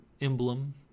emblem